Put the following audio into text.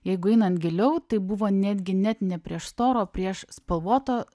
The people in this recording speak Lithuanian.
jeigu einant giliau tai buvo netgi net ne prieš storo prieš spalvoto